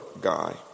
guy